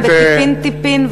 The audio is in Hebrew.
כל פעם בטיפין-טיפין,